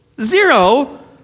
Zero